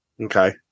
Okay